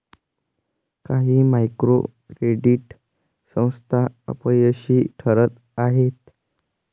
काही micro credit संस्था अपयशी ठरत आहेत